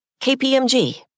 KPMG